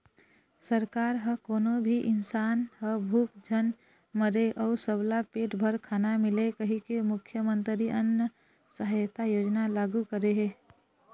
सरकार ह कोनो भी किसान ह भूख झन मरय अउ सबला पेट भर खाना मिलय कहिके मुख्यमंतरी अन्न सहायता योजना लागू करे हे